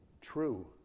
true